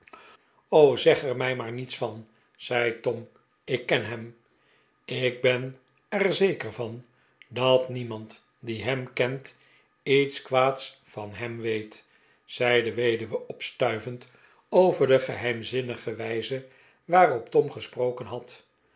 zeg er mij maar niets van zei tom ik ken hem ik ben er zeker van dat niemand die hem kent lets kwaads van hem weet zei de weduwe opstuivend over de geheimzinnige wijze waarop tom gesproken had